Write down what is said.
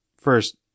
First